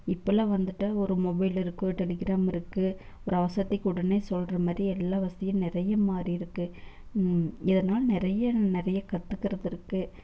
இப்போலாம் வந்துட்டால் ஒரு மொபைல் இருக்குது ஒரு டெலிகிராம் இருக்குது ஒரு அவசரத்துக்கு உடனே சொல்கிற மாதிரி எல்லா வசதியும் நிறைய மாறியிருக்கு இதனால் நிறைய நிறைய கத்துக்கிறதுக்கு இருக்குது